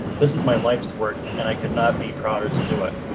this is my life's work and i could not be prouder to do it.